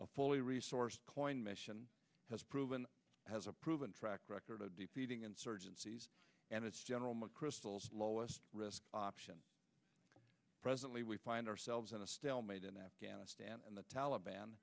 qaeda fully resourced coin mission has proven has a proven track record of defeating insurgencies and its general mcchrystal lowest risk option presently we find ourselves in a stalemate in afghanistan and the taliban